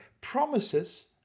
promises